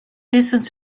distance